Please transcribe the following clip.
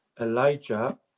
Elijah